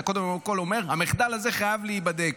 אתה קודם כול אומר, המחדל הזה חייב להיבדק.